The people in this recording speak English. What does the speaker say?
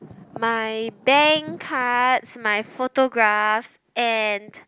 my bank cards my photograph and